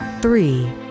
three